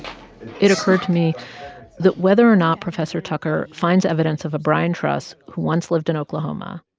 it occurred to me that whether or not professor tucker finds evidence of a brian truss who once lived in oklahoma,